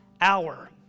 hour